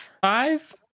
five